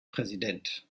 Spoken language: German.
präsident